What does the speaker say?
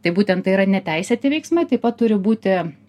tai būtent tai yra neteisėti veiksmai taip pat turi būti